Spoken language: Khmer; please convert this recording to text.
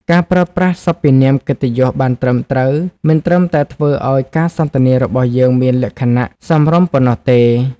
ការប្រើប្រាស់សព្វនាមកិត្តិយសបានត្រឹមត្រូវ មិនត្រឹមតែធ្វើឱ្យការសន្ទនារបស់យើងមានលក្ខណៈសមរម្យប៉ុណ្ណោះទេ។